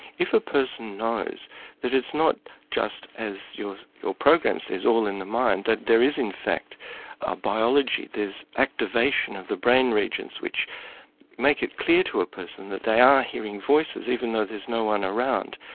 if a person knows that it's not just as your your program says all in the mind, that there is in fact a biology, there's activation of the brain regions which make it clear to a person that they are hearing voices, even though there's no-one around.